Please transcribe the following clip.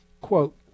quote